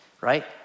Right